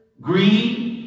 greed